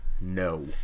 No